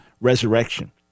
resurrection